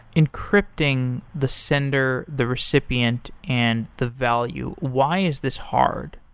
encrypting the sender, the recipient, and the value, why is this hard?